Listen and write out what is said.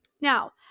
Now